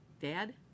Dad